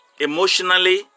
emotionally